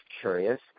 curious